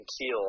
keel